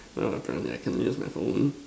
well apparently I cannot use my phone